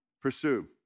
pursue